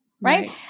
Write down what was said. right